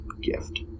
gift